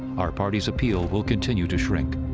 our party's appeal will continue to shrink.